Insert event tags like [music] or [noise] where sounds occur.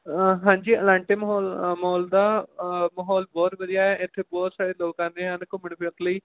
ਹਾਂਜੀ ਇਲਾਂਟੇ ਮਹੋਲ [unintelligible] ਮੋਲ ਦਾ ਮਾਹੌਲ ਬਹੁਤ ਵਧੀਆ ਹੈ ਇੱਥੇ ਬਹੁਤ ਸਾਰੇ ਲੋਕ ਆਉਂਦੇ ਹਨ ਘੁੰਮਣ ਫਿਰਨ ਲਈ